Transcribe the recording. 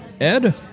Ed